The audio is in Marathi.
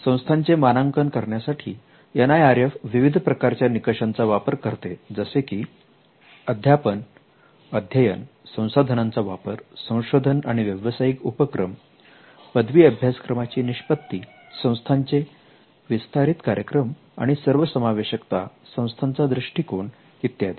संस्थांचे मानांकन करण्यासाठी NIRF विविध प्रकारच्या निकषांचा वापर करते जसे की अध्यापन अध्ययन संसाधनांचा वापर संशोधन आणि व्यवसायिक उपक्रम पदवी अभ्यासक्रमाची निष्पत्ती संस्थांचे विस्तारित कार्यक्रम आणि सर्वसमावेशकता संस्थांचा दृष्टिकोन इत्यादी